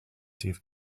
plenty